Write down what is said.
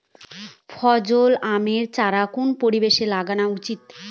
ফজলি আমের চারা কোন পরিবেশে লাগানো উচিৎ?